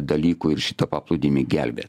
dalykų ir šitą paplūdimį gelbė